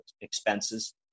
expenses